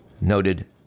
Noted